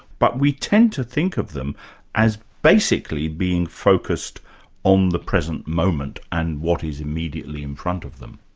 but we tend to think of them as basically being focused on the present moment, and what is immediately in front of them.